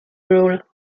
rule